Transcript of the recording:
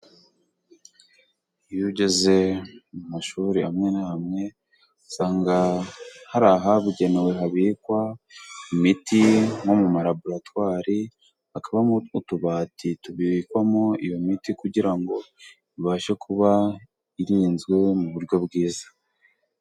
Iyo ugeze mu mashuri amwe n' amwe usanga, hari ahabugenewe habikwa imiti, nko mu malaboratwari, hakabamo utwo tubati tubikwamo iyo miti, kugira ngo ibashe kuba irinzwe mu buryo bwiza.